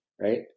right